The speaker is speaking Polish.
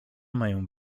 mają